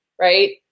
right